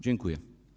Dziękuję.